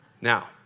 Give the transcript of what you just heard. Now